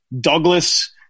Douglas